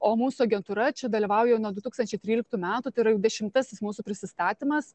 o mūsų agentūra čia dalyvauja jau nuo du tūkstančiai tryliktų metų tai yra jau dešimtasis mūsų prisistatymas